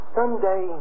Someday